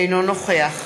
אינו נוכח